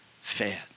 fed